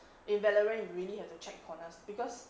in valorant you really have to check corners because